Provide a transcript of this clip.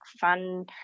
fun